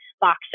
boxes